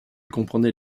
comprenait